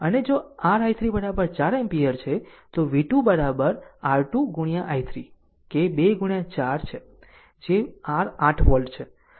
અને જો r i3 4 ampere છે તો v2 r 2 i3 કે 2 4 છે જે r 8 વોલ્ટ છે